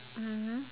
mmhmm